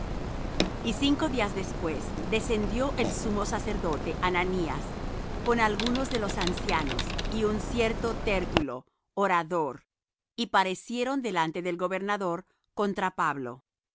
y cinco días después descendió el sumo sacerdote ananías con algunos de los ancianos y un cierto tértulo orador y parecieron delante del gobernador contra pablo